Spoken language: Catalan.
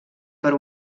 per